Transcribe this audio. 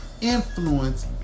influence